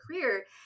career